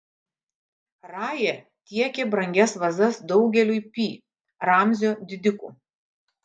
raja tiekė brangias vazas daugeliui pi ramzio didikų